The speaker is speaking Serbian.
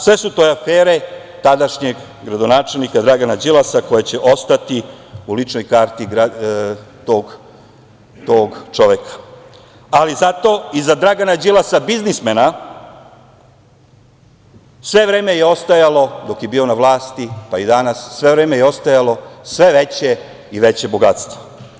Sve su to afere tadašnjeg gradonačelnika Dragana Đilasa koja će ostati u ličnoj karti tog čoveka, ali zato iza Dragana Đilasa biznismena sve vreme je ostajalo, dok je bio na vlasti, pa i danas, sve veće i veće bogatstvo.